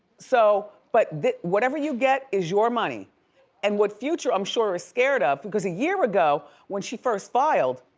so but whatever you get is your money and what future i'm sure is scared of because a year ago, when she first filed,